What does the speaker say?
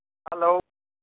hello